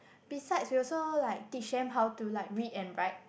besides we also like teach them how to like read and write